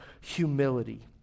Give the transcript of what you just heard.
humility